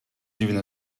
giving